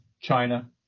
China